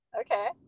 Okay